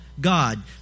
God